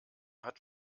hat